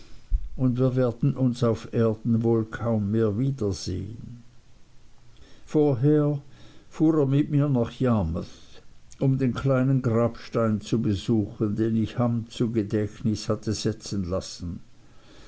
und wir werden uns auf erden wohl kaum mehr wiedersehen vorher fuhr er mit mir nach yarmouth um den kleinen grabstein zu besuchen den ich ham zum gedächtnis hatte setzen lassen